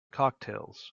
cocktails